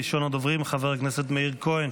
ראשון הדוברים, חבר הכנסת מאיר כהן